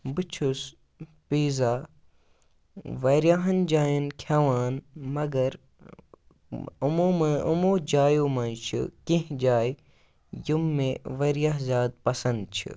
بہٕ چھُس پیٖزا واریاہَن جایَن کھٮ۪وان مگر یِمو منٛز یِمو جایو منٛز چھِ کینٛہہ جایہِ یِم مےٚ واریاہ زیادٕ پَسَنٛد چھِ